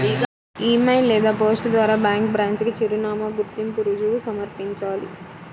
ఇ mail లేదా post ద్వారా bank branch కి చిరునామా, గుర్తింపు రుజువు సమర్పించాలి